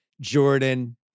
Jordan